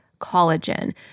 collagen